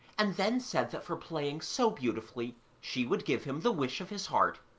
and then said that for playing so beautifully she would give him the wish of his heart.